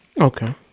Okay